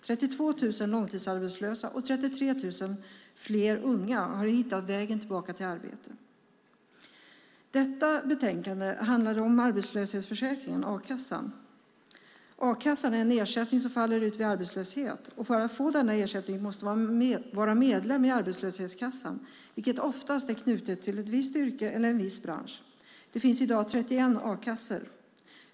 32 000 långtidsarbetslösa och 33 000 unga har hittat vägen tillbaka till arbete. Detta betänkande handlar om arbetslöshetsförsäkringen, a-kassan. A-kassan är en ersättning som faller ut vid arbetslöshet. För att få denna ersättning måste man vara medlem i arbetslöshetskassan, vilken oftast är knuten till ett visst yrke eller en viss bransch. Det finns i dag 31 a-kassor.